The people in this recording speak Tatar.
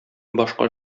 башка